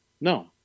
No